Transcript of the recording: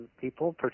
people